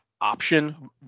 option